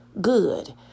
good